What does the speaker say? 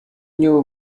new